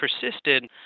persisted